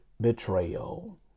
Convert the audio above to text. betrayal